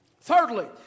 Thirdly